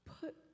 Put